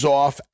off